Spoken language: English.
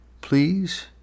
Please